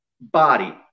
body